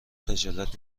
خجالت